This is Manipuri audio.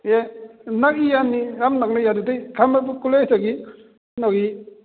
ꯑꯦ ꯅꯛꯏ ꯌꯥꯅꯤ ꯌꯥꯝ ꯅꯛꯅꯩ ꯑꯗꯨꯗꯩ ꯈꯥ ꯃꯅꯤꯄꯨꯔ ꯀꯣꯂꯦꯖꯇꯒꯤ ꯁꯨꯞꯅꯒꯤ